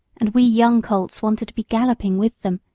and we young colts wanted to be galloping with them,